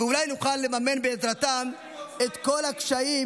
ואולי נוכל לממן בעזרתם את כל הקשיים